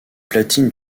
platines